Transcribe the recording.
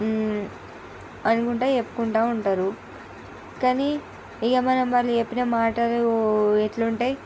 అనుకుంటా చెప్పుకుంటా ఉంటారు కానీ ఇగ మనం మళ్ళీ చెప్పిన మాటలు ఎట్లుంటయి